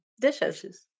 dishes